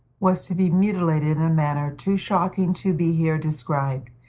was to be mutilated in a manner too shocking to be here described.